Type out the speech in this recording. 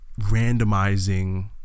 randomizing